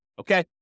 Okay